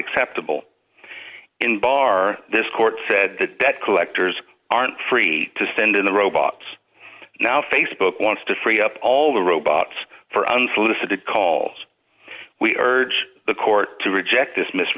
acceptable in bar this court said the debt collectors aren't free to send in the robots now facebook wants to free up all the robots for unsolicited calls we urge the court to reject this mis